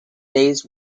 day’s